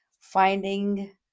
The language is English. finding